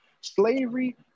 slavery